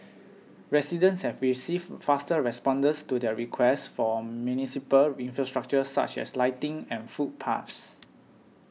residents have received faster responses to their requests for municipal infrastructure such as lighting and footpaths